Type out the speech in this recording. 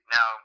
Now